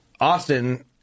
Austin